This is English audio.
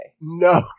No